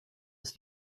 ist